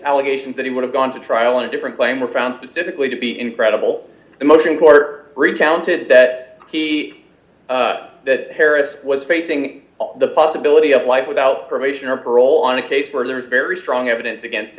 allegations that he would have gone to trial in a different claim were found specifically to be incredible emotion court recounted that he that harris was facing the possibility d of life without probation or parole d on a case where there is very strong evidence against